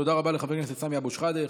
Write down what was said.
תודה רבה לחבר הכנסת סמי אבו שחאדה.